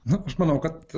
nu aš manau kad